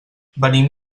venim